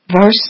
Verse